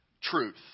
truth